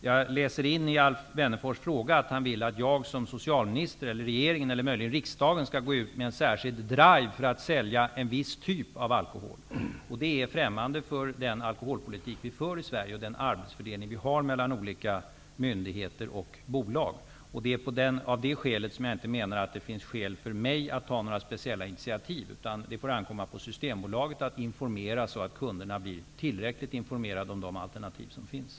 Jag läser in i Alf Wennerfors fråga att han vill att jag som socialminister, eller regeringen eller möjligen riksdagen, skall gå ut med en särskild drive för att sälja en viss typ av alkohol. Det är främmande för den alkoholpolitik vi för i Sverige och den arbetsfördelning vi har mellan olika myndigheter och bolag. Det är därför jag menar att det inte finns skäl för mig att ta några speciella initiativ. Det får ankomma på Systembolaget att bedriva information, så att kunderna blir tillräckligt informerade om de alternativ som finns.